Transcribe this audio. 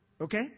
okay